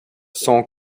son